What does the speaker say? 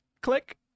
click